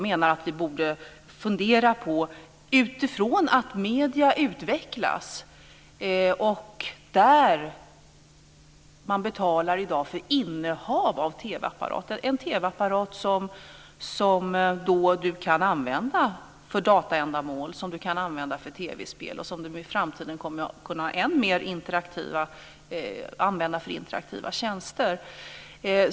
Medierna utvecklas, och i dag betalar du för innehav av en TV apparat, en TV-apparat som du kan använda för dataändamål och TV-spel och som du i framtiden kommer att än mer kunna använda för interaktiva tjänster.